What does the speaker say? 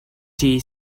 tea